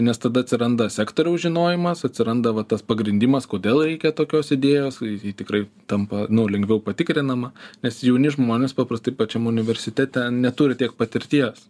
nes tada atsiranda sektoriaus žinojimas atsiranda va tas pagrindimas kodėl reikia tokios idėjos ji tikrai tampa nu lengviau patikrinama nes jauni žmonės paprastai pačiam universitete neturi tiek patirties